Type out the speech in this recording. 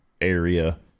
area